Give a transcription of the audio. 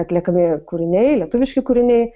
atliekami kūriniai lietuviški kūriniai